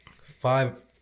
five